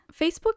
Facebook